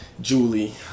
julie